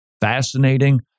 fascinating